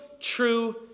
true